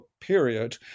period